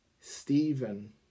Stephen